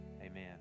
Amen